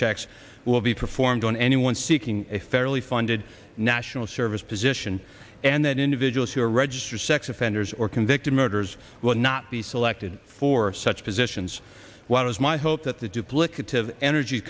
checks will be performed on anyone seeking a fairly funded national service position and that individuals who are registered sex offenders or convicted murderers will not be selected for such positions was my hope that the duplicative energy